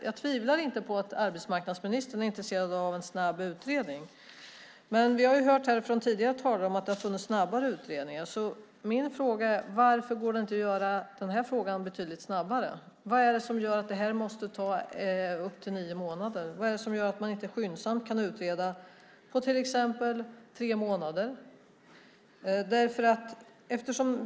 Jag tvivlar inte på att arbetsmarknadsministern är intresserad av en snabb utredning, men vi har hört från tidigare talare att det har funnits snabbare utredningar. Varför går det inte att utreda den här frågan betydligt snabbare? Vad är det som gör att det här måste ta upp till nio månader? Vad är det som gör att man inte skyndsamt kan utreda på till exempel tre månader?